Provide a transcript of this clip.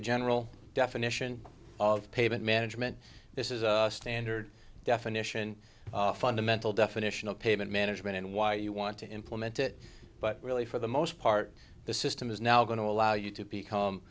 a general definition of payment management this is a standard definition fundamental definition of payment management and why you want to implement it but really for the most part the system is now going to allow you to become